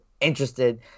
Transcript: interested